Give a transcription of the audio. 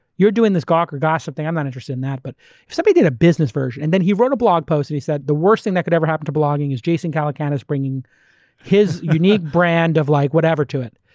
you're doing this gawker gossip thing, i'm not interested in that. but if somebody did a business version. and he wrote a blog post, he said, the worst thing that could ever happen to blogging is jason calacanis bringing his unique brand of like whatever to it.